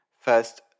First